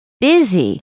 busy